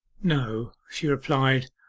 no, she replied,